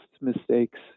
mistakes